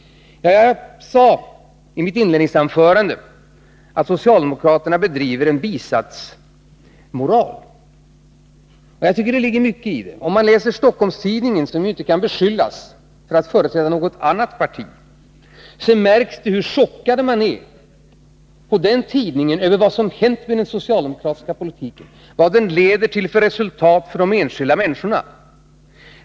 Jag sade i mitt inledningsanförande att socialdemokraterna bedriver en bisatsmoral, och jag tycker att det ligger mycket i det. Om man läser Stockholms-Tidningen, som ju inte kan beskyllas för att företräda något annat parti, så märker man hur chockade de är på den tidningen över vad som hänt med den socialdemokratiska politiken, vad den leder till för resultat för de enskilda människorna.